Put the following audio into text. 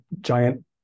giant